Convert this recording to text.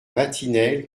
vatinelle